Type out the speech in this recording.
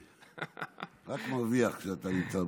אני רק מרוויח כשאתה נמצא,